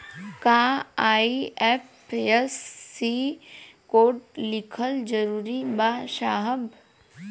का IFSC code लिखल जरूरी बा साहब?